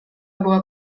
była